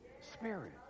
Spirit